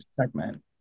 segment